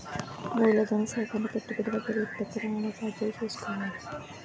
మూలధన సేకరణ పెట్టుబడి వడ్డీలు ఉత్పత్తి రవాణా చార్జీలు చూసుకోవాలి